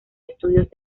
estudios